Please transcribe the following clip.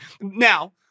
Now